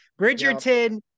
Bridgerton